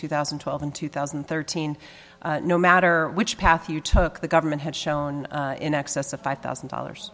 two thousand and twelve and two thousand and thirteen no matter which path you took the government had shown in excess of five thousand dollars